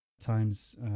times